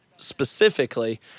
specifically